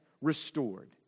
restored